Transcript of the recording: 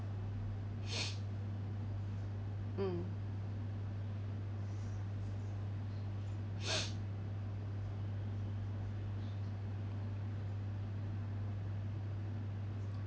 mm